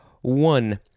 One